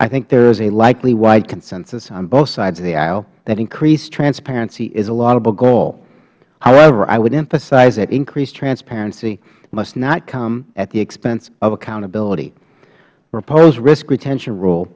i think there is a likely wide consensus on both sides of the aisle that increased transparency is a laudable goal however i would emphasize that increased transparency must not come at the expense of accountability the proposed risk retention rule